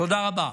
תודה רבה.